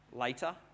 later